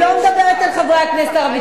אני לא מדברת אל חברי הכנסת הערבים.